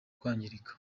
kwangirika